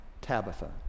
Tabitha